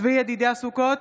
צבי ידידיה סוכות,